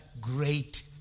Great